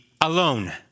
alone